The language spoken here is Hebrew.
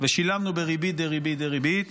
ושילמנו בריבית דריבית דריבית,